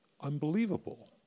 Unbelievable